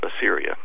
Assyria